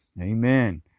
amen